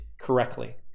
correctly